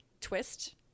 twist